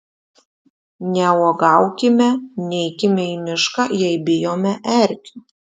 neuogaukime neikime į mišką jei bijome erkių